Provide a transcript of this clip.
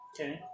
Okay